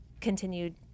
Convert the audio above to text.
continued